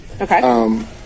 Okay